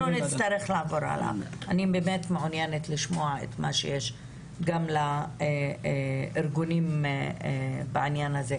אני מבקשת לשמוע את מה שיש לארגונים לומר בנושא הזה.